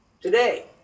today